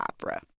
opera